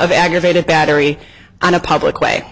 of aggravated battery on a public way